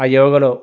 ఆ యోగలో